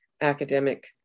academic